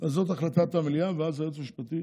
זאת החלטה של המליאה ואז היועץ המשפטי